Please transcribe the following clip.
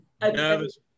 Nervous